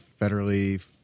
federally